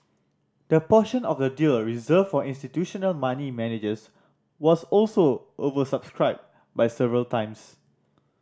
the portion of the deal reserved for institutional money managers was also oversubscribed by several times